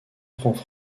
francs